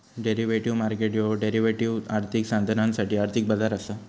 derivative market ह्यो derivatives, आर्थिक साधनांसाठी आर्थिक बाजार असा